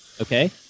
okay